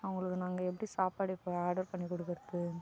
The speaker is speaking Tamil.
அவங்களுக்கு நாங்கள் எப்படி சாப்பாடு இப்போ ஆர்டர் பண்ணி கொடுக்குறது